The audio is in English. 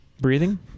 breathing